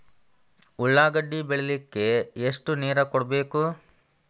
ಉಳ್ಳಾಗಡ್ಡಿ ಬೆಳಿಲಿಕ್ಕೆ ಎಷ್ಟು ನೇರ ಕೊಡಬೇಕು?